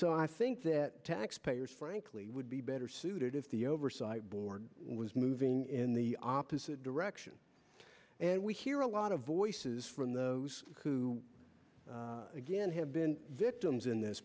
so i think that taxpayers frankly would be better suited if the oversight board was moving in the opposite direction and we hear a lot of voices from those who again have been victims in this